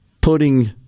putting